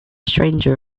stranger